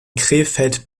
krefeld